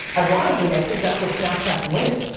ironically, i think that's where snapchat's winning.